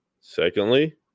Secondly